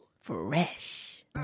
Fresh